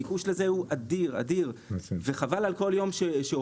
הביקוש לזה הוא אדיר, וחבל על כל יום שעובד.